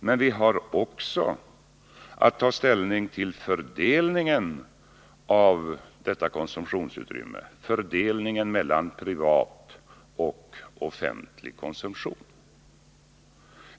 Men vi har också att ta ställning till fördelningen av detta konsumtionsutrymme mellan privat och offentlig konsumtion.